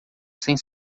sem